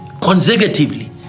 consecutively